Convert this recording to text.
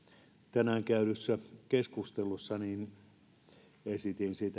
tänään käydyssä keskustelussa esitin